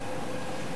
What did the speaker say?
הנושא